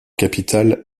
capitale